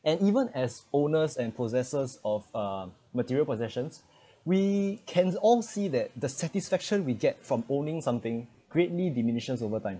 and even as owners and possesses of uh material possessions we can all see that the satisfaction we get from owning something greatly diminished over time